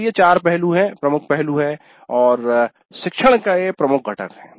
तो ये चार पहलू प्रमुख पहलू हैं और शिक्षण के प्रमुख घटक है